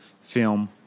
film